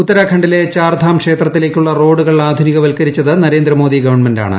ഉത്തരാഖണ്ഡിലെ ചാർധാം ക്ഷേത്രത്തി ലേക്കുള്ള റോഡുകൾ ആധുനികവൽകരിച്ചത് നരേന്ദ്രമോദി ഗവൺമെന്റാണ്